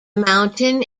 mountain